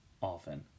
Often